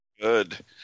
Good